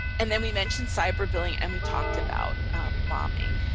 and then we mentioned cyber bullying, and we talked about bombing.